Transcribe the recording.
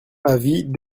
avis